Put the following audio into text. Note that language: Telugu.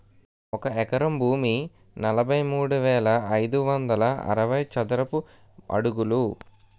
ఒక ఎకరం భూమి నలభై మూడు వేల ఐదు వందల అరవై చదరపు అడుగులు